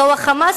דוח המס,